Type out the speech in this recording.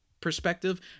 perspective